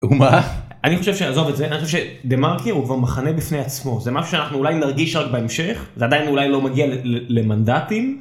מה? אני חושב שעזוב את זה, אני חושב שדה מרקר הוא כבר מחנה בפני עצמו, זה מה שאנחנו אולי נרגיש רק בהמשך, זה עדיין אולי לא מגיע ל ל למנדטים.